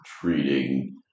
treating